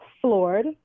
floored